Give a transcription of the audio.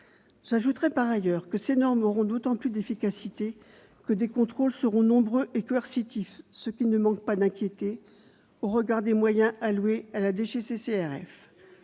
J'ajouterai par ailleurs que ces normes auront d'autant plus d'efficacité que les contrôles seront nombreux et coercitifs, ce qui ne manque pas d'inquiéter au regard des moyens alloués à la DGCCRF.